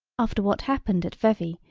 after what happened at vevey,